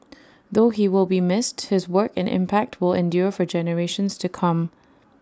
though he will be missed his work and impact will endure for generations to come